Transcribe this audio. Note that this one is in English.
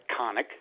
iconic